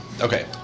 Okay